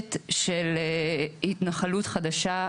מחודשת של התנחלות חדשה,